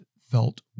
felt